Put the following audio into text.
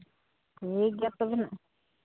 ᱴᱷᱤᱠ ᱜᱮᱭᱟ ᱛᱚᱵᱮᱱᱟᱜ